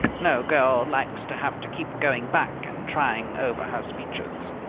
no girl likes to have to keep going back and trying over her speeches.